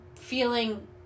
feeling